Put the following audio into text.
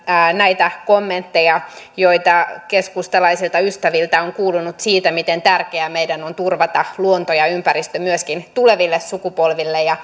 näitä kommentteja joita keskustalaisilta ystäviltä on kuulunut siitä miten tärkeää meidän on turvata luonto ja ympäristö myöskin tuleville sukupolville